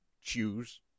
choose